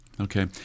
Okay